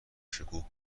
شکوه